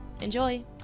Enjoy